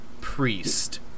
Priest